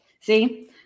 See